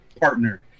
partner